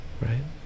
right